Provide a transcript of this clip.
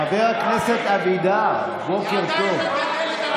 חבר הכנסת אבידר, בוקר טוב.